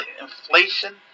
Inflation